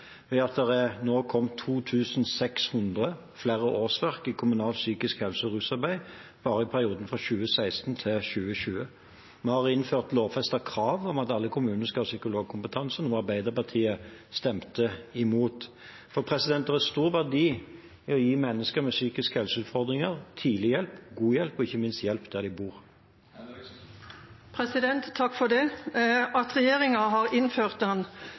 ved at det nå er kommet 2 600 flere årsverk i kommunalt psykisk helse- og rusarbeid bare i perioden fra 2016 til 2020. Vi har innført lovfestet krav om at alle kommuner skal ha psykologkompetanse, noe Arbeiderpartiet stemte imot. Det er stor verdi i å gi mennesker med psykiske helseutfordringer tidlig hjelp, god hjelp og ikke minst hjelp der de bor. At regjeringa hadde innført den og at vi tok den vekk, kunne ha sammenheng med at den virket da den